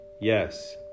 Yes